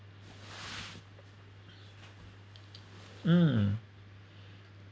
mm